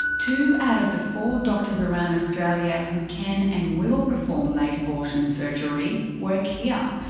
two out of the four doctors around australia, who can and will perform late abortion surgery, work here.